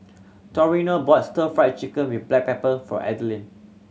Toriano bought Stir Fried Chicken with black pepper for